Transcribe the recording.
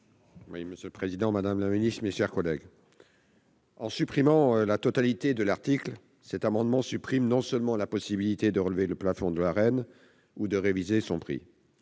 à supprimer la totalité de l'article. Seraient donc supprimés non seulement la possibilité de relever le plafond de l'Arenh ou de réviser son prix,